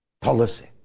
policy